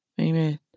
Amen